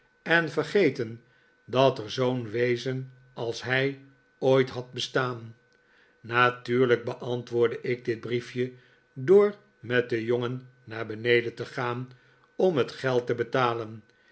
en vergeten dat er zoo'n wezen als hij ooit had bestaan natuurlijk beantwoordde ik dit briefje door met den jongen naar beneden te gaan om het geld te betalen